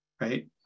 right